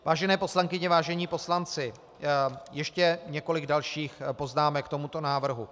Vážené poslankyně, vážení poslanci, ještě několik dalších poznámek k tomuto návrhu.